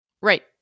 Right